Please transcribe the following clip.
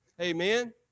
Amen